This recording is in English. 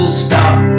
stop